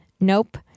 nope